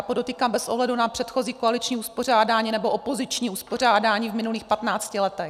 Podotýkám bez ohledu na předchozí koaliční uspořádání nebo opoziční uspořádání v minulých 15 letech.